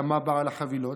תמה בעל החבילות.